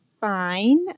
Fine